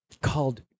Called